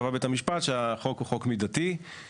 נמנע מלהחליט אם אותן תכליות הן תכליות ראויות,